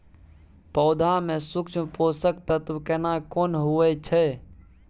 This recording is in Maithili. पौधा में सूक्ष्म पोषक तत्व केना कोन होय छै?